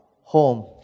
home